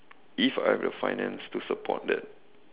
if I have the finance to support that